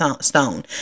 Stone